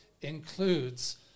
includes